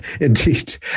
Indeed